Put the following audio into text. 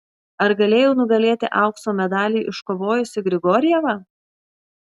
ar galėjau nugalėti aukso medalį iškovojusį grigorjevą